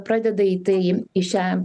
pradeda į tai į šią